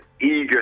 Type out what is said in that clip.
eager